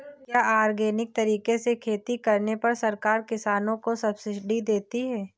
क्या ऑर्गेनिक तरीके से खेती करने पर सरकार किसानों को सब्सिडी देती है?